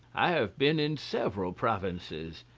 i have been in several provinces.